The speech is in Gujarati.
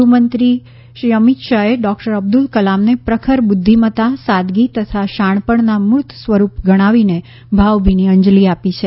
ગૃહમંત્રી અમીત શાહે ડોક્ટર અબ્દુલ કલામને પ્રખર બુદ્વિમતા સાદગી તથા શાણપણના મૂર્ત સ્વરૂપ ગણાવીને ભાવભીની અંજલી આપી છે